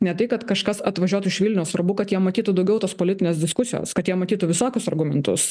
ne tai kad kažkas atvažiuotų iš vilniaus svarbu kad jie matytų daugiau tos politinės diskusijos kad jie matytų visokius argumentus